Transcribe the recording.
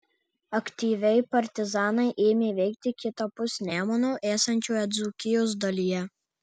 aktyviai partizanai ėmė veikti kitapus nemuno esančioje dzūkijos dalyje